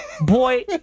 Boy